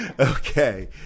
Okay